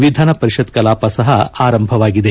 ವಿಧಾನಪರಿಷತ್ ಕಲಾಪ ಸಹ ಆರಂಭವಾಗಿದೆ